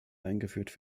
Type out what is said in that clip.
eingeführt